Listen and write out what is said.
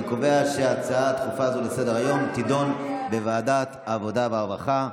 אני קובע שההצעה הדחופה הזאת לסדר-היום תידון בוועדת העבודה והרווחה.